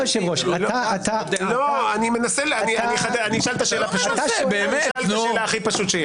אני אשאל את השאלה הכי פשוט שיש.